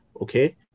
Okay